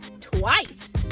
twice